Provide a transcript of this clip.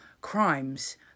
crimes